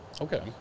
Okay